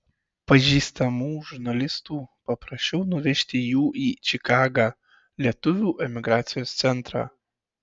pažįstamų žurnalistų paprašiau nuvežti jų į čikagą lietuvių emigracijos centrą